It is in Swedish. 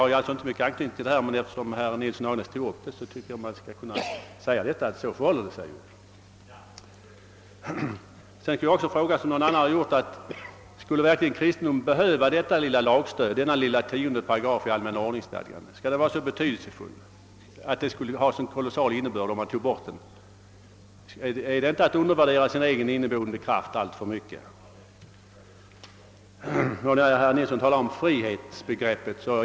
Jag tycker nog att man bör säga att så förhåller det sig. Man kan också fråga, som någon har gjort: Behöver kristendomen verkligen det lilla lagstöd som 10 § i ordningsstadgan utgör? Kan den paragrafen vara så betydelsefull att det skulle ha en sådan kolossal innebörd om man tog bort den? Är det inte att undervärdera sin egen inneboende kraft alltför mycket? Herr Nilsson i Agnäs talade om frihetsbegrepp.